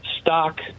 stock